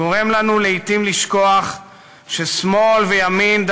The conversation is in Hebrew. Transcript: גורם לנו לשכוח לפעמים ששמאל וימין,